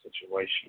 situation